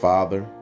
Father